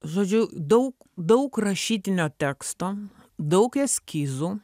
žodžiu daug daug rašytinio teksto daug eskizų